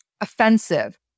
offensive